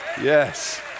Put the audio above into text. Yes